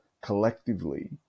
collectively